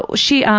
but she, um